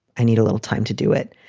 i need a little time to do it.